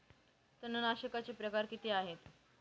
तणनाशकाचे प्रकार किती आहेत?